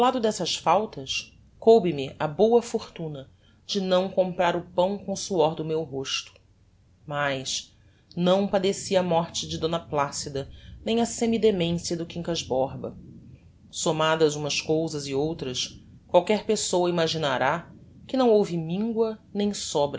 lado dessas faltas coube me a boa fortuna de não comprar o pão com o suor do meu rosto mais não padeci a morte de d placida nem a semi demencia do quincas borba sommadas umas cousas e outras qualquer pessoa imaginará que não houve mingua nem sobra